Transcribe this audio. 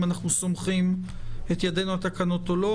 אנחנו סומכים את ידינו על התקנות או לא,